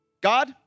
God